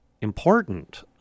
important